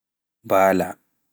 mbaala